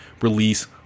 release